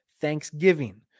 Thanksgiving